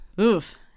oof